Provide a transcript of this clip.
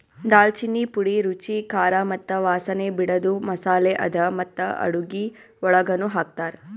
ದಾಲ್ಚಿನ್ನಿ ಪುಡಿ ರುಚಿ, ಖಾರ ಮತ್ತ ವಾಸನೆ ಬಿಡದು ಮಸಾಲೆ ಅದಾ ಮತ್ತ ಅಡುಗಿ ಒಳಗನು ಹಾಕ್ತಾರ್